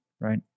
right